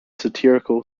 satirical